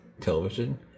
television